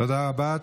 תודה רבה.